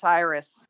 Cyrus